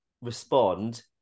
respond